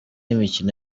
imikino